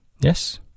Yes